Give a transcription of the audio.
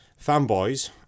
fanboys